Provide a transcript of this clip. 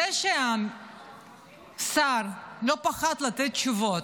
זה שהשר לא פחד לתת תשובות,